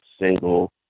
single